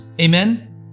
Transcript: Amen